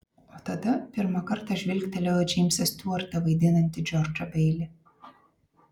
o tada pirmą kartą žvilgtelėjau į džeimsą stiuartą vaidinantį džordžą beilį